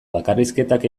bakarrizketak